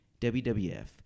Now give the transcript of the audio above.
WWF